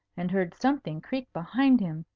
and heard something creak behind him,